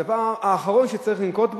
הדבר האחרון שצריך לנקוט,